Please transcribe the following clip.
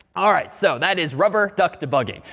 all right. so that is rubber duck debugging.